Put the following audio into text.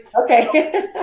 Okay